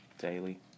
daily